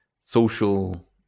social